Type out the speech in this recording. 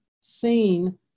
seen